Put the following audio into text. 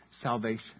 salvation